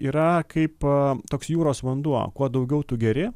yra kaip toks jūros vanduo kuo daugiau tu geri